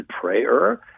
prayer